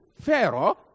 Pharaoh